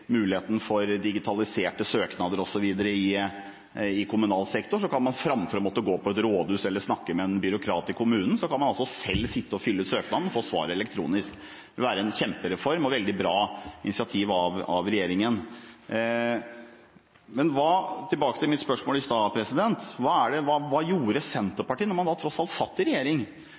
muligheten for digitaliserte søknader osv. i kommunal sektor, kan man – framfor å måtte gå til et rådhus og snakke med en byråkrat i kommunen – selv sitte og fylle ut søknaden og få svar elektronisk. Det vil være en kjempereform og et veldig bra initiativ av regjeringen. Tilbake til mitt spørsmål i sted: Hva gjorde Senterpartiet da de satt i regjering?